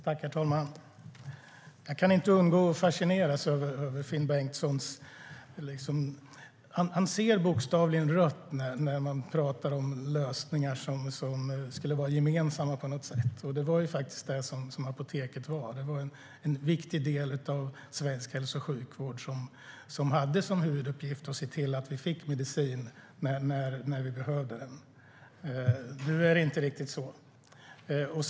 Herr talman! Jag kan inte undgå att fascineras över Finn Bengtsson. Han ser bokstavligen rött när man pratar om lösningar som på något sätt är gemensamma, som Apoteket faktiskt var. Det var en viktig del av svensk hälso och sjukvård som hade som huvuduppgift att se till att vi fick medicin när vi behövde den. Det är inte riktigt så nu.